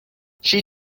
she